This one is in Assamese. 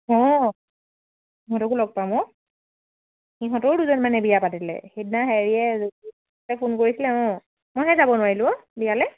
অঁ সিহঁতকো লগ পাম অ' সিহঁতৰো দুজন মানে বিয়া পাতিলে সেইদিনা হেৰিয়ে ফোন কৰিছিলে অঁ মইহে যাব নোৱাৰিলোঁ অ' বিয়ালৈ